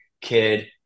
kid